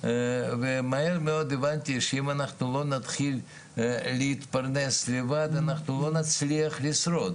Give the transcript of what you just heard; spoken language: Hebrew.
ומהר מאוד הבנתי שאם אנחנו לא נתחיל להתפרנס לבד אנחנו לא נצליח לשרוד.